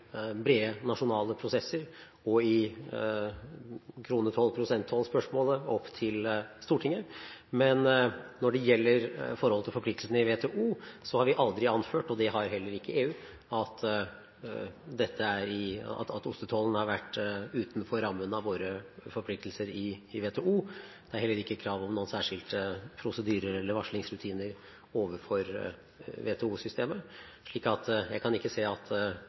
forpliktelsene i WTO, har vi aldri anført – det har heller ikke EU – at ostetollen har vært utenfor rammen av våre forpliktelser i WTO. Det er heller ikke krav om noen særskilte prosedyrer eller varslingsrutiner overfor WTO-systemet. Jeg kan ikke se at